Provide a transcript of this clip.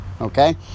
okay